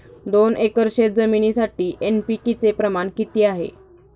दोन एकर शेतजमिनीसाठी एन.पी.के चे प्रमाण किती आहे?